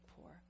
poor